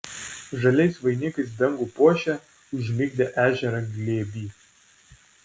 žaliais vainikais dangų puošia užmigdę ežerą glėby